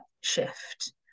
shift